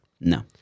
No